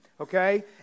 okay